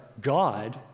God